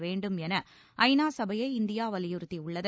வேண்டும் என ஐநா சபையை இந்தியா வலியுறுத்தியுள்ளது